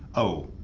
oh?